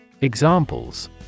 Examples